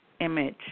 image